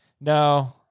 No